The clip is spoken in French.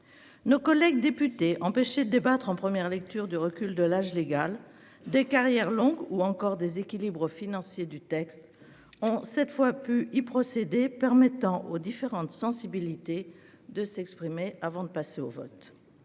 Nos collègues députés, empêchés en première lecture de débattre du recul de l'âge légal, des carrières longues ou encore des équilibres financiers du texte ont cette fois pu le faire, ce qui a permis aux différentes sensibilités de s'exprimer avant de passer au vote.